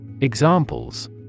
Examples